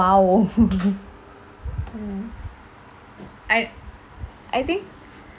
!wow! I I think